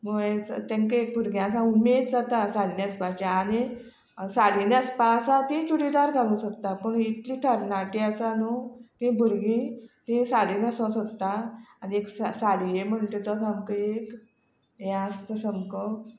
तांकां एक भुरग्यां सामकी उमेद जाता साडी न्हेसपाची आनी साडी न्हेसपाचीं आसा तीं चुडीदार घालूंक सोदता पूण इतलीं तरणाटीं आसा न्हूं तीं भुरगीं तीं साडी न्हेसूंक सोदता आनी एक साडयेचो म्हणटा तो सामको एक हें आसता सामको